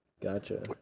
Gotcha